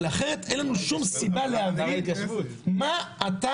אבל אחרת, אין לנו שום סיבה להבין למה אתה